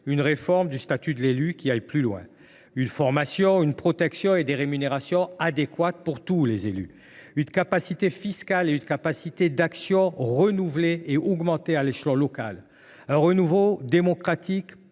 une réforme du statut de l’élu qui aille plus loin, avec une formation, une protection et des rémunérations adéquates pour tous les élus. Il faut une capacité fiscale et d’action renouvelée à l’échelon local, bref, un renouveau démocratique